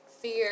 fear